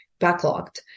backlogged